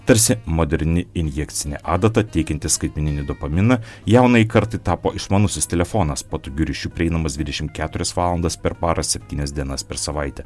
tarsi moderni injekcinė adata teikianti skaitmeninį dopaminą jaunajai kartai tapo išmanusis telefonas patogiu ryšiu prieinamas dvidešim keturias valandas per parą septynias dienas per savaitę